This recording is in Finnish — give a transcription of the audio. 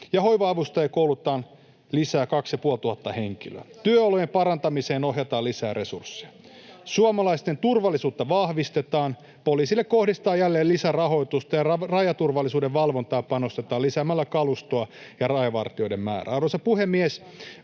Miksi vasta nyt? Eikö muuta ole tulossa?] Työolojen parantamiseen ohjataan lisää resursseja. Suomalaisten turvallisuutta vahvistetaan. Poliisille kohdistetaan jälleen lisärahoitusta, ja rajaturvallisuuden valvontaan panostetaan lisäämällä kalustoa ja rajavartijoiden määrää. Arvoisa puhemies!